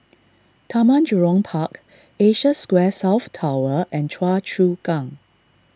Taman Jurong Park Asia Square South Tower and Choa Chu Kang